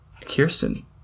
Kirsten